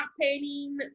painting